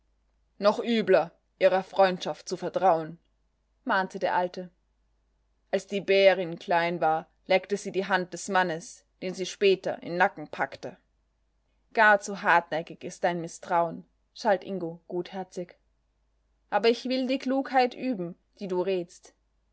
noch übler ihrer freundschaft zu vertrauen mahnte der alte als die bärin klein war leckte sie die hand des mannes den sie später im nacken packte gar zu hartnäckig ist dein mißtrauen schalt ingo gutherzig aber ich will die klugheit üben die du rätst